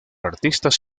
artistas